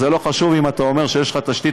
זה לא חשוב אם אתה אומר שיש לך תשתית